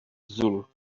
zulu